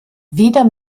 weder